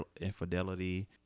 infidelity